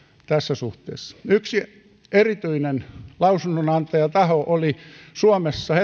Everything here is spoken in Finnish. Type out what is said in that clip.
tässä suhteessa yksi erityinen lausunnonantajataho oli suomessa